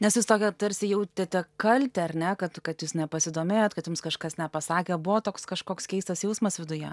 nes jūs tokią tarsi jautėte kaltę ar ne kad kad jūs nepasidomėjot kad jums kažkas nepasakė buvo toks kažkoks keistas jausmas viduje